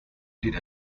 did